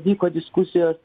vyko diskusijos